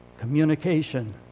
Communication